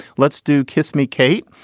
let's do kiss me, kate.